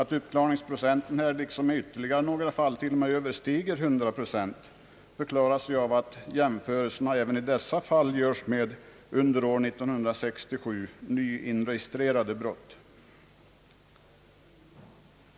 Att uppklaringsprocenten här liksom i ytterligare några fall t.o.m. överstiger 100 procent förklaras av att jämförelserna även i dessa fall görs med under år 1967 nyinregistrerade brott.